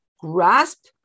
grasp